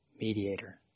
mediator